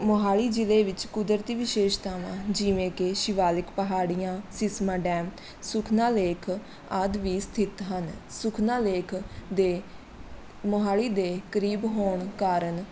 ਮੋਹਾਲੀ ਜ਼ਿਲ੍ਹੇ ਵਿੱਚ ਕੁਦਰਤੀ ਵਿਸ਼ੇਸ਼ਤਾਵਾਂ ਜਿਵੇਂ ਕਿ ਸ਼ਿਵਾਲਿਕ ਪਹਾੜੀਆਂ ਸਿਸਵਾਂ ਡੈਮ ਸੁਖਨਾ ਲੇਕ ਆਦਿ ਵੀ ਸਥਿਤ ਹਨ ਸੁਖਨਾ ਲੇਕ ਦੇ ਮੋਹਾਲੀ ਦੇ ਕਰੀਬ ਹੋਣ ਕਾਰਨ